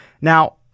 now